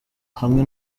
hamwe